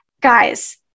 Guys